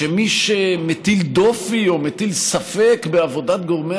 שמי שמטיל דופי או מטיל ספק בעבודת גורמי